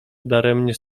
daremnie